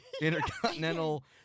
Intercontinental